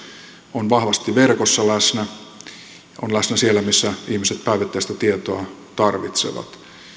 on vahvasti verkossa läsnä ja on läsnä siellä missä ihmiset päivittäistä tietoa tarvitsevat